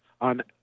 on